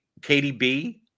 KDB